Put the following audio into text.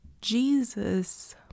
Jesus